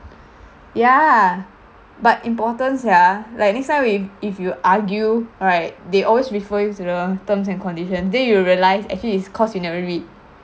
yeah but important sia like next time if if you argue right they always refer you to the terms and condition then you realised actually it's cause you never read